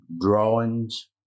drawings